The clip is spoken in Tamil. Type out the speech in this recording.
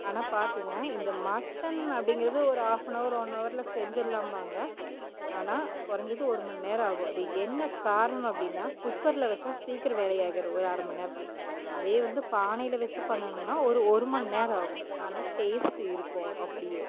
ஆனால் பார்த்திங்கனா இந்த மட்டன் அப்படிங்கிறது ஒரு ஹாஃப்னவர் ஒன் ஹவர்ல செஞ்சிடலாம்பாங்க ஆனால் குறஞ்சது ஒரு மண்நேரம் ஆகும் அது என்ன காரணம் அப்படினா குக்கர்ல வச்சா சீக்கரம் வேலையாகிடும் ஒரு அரை மண்நேரத்தில் அதே வந்து பானையில வச்சி பண்ணனும்னால் ஒரு ஒரு மண்நேரம் ஆகும் ஆனால் டேஸ்ட் இருக்கும் அப்டியே